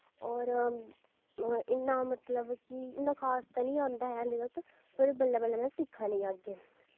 और इन्ना मतलव की इन्ना खास ते नी आंदा ऐ हाली तक लेकिन बल्लें बल्लें में सिक्खा नी आं अग्गैं